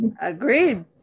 agreed